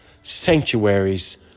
sanctuaries